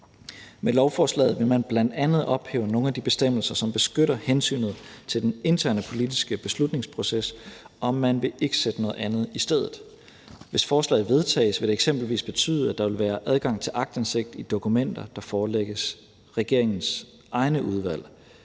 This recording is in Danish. Med lovforslaget vil man bl.a. ophæve nogle af de bestemmelser, som beskytter hensynet til den interne politiske beslutningsproces, og man vil ikke sætte noget andet i stedet. Hvis forslaget vedtages, vil det eksempelvis betyde, at der vil være adgang til aktindsigt i dokumenter, der forelægges regeringens egne udvalg.